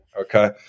okay